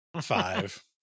five